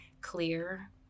clear